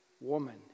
woman